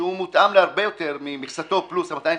שמותאם להרבה יותר ממכסתו פלוס 250,